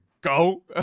go